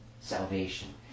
salvation